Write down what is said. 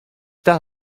that